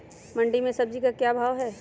मंडी में सब्जी का क्या भाव हैँ?